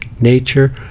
nature